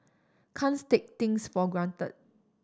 can't take things for granted